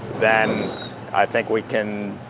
then i think we can,